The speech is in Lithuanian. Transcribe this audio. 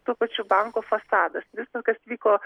tuo pačiu banko fasadas visa kas liko